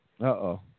Uh-oh